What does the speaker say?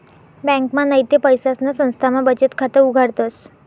ब्यांकमा नैते पैसासना संस्थामा बचत खाता उघाडतस